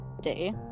day